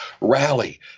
rally